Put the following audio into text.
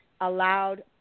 allowed